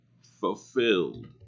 Fulfilled